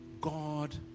God